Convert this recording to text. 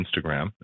Instagram